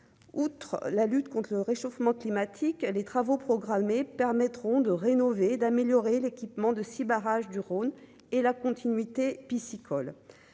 outre la lutte contre le réchauffement climatique, les travaux programmés permettront de rénover et d'améliorer l'équipement de 6 barrages du Rhône et la continuité piscicole